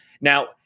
Now